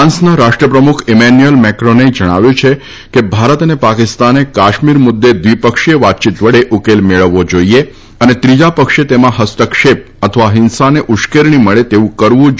ફાન્સના રાષ્ટ્રપ્રમુખ ઈમેન્યુએલ મેક્રોને જણાવ્યું છે કે ભારત અને પાકિસ્તાને કાશ્મીર મુદ્દે દ્વિપક્ષીય વાતયીત વડે ઉકેલ મેળવવો જાઈએ અને ત્રીજા પક્ષે તેમાં હસ્તક્ષેપ અથવા હિંસાને ઉશ્કેરણી મળે તેવું કરવું જાઈએ નહીં